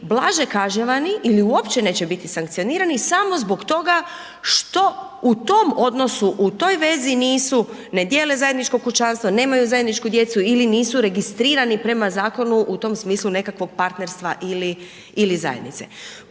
blaže kažnjavani ili uopće neće biti sankcionirani samo zbog toga što u tom odnosu u toj vezi nisu, ne dijele zajedničko kućanstvo, nemaju zajedničku djecu ili nisu registrirani prema zakonu u tom smislu nekakvog partnerstva ili zajednice.